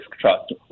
Trust